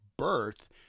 birth